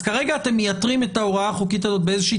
אז כרגע אתם מייתרים את ההוראה החוקית הזאת באיזשהו